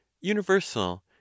universal